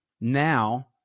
Now